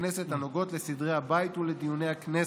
הכנסת הנוגעות לסדרי הבית ולדיוני הכנסת.